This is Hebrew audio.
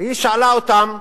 והיא שאלה אותם,